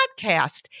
podcast